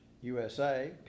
USA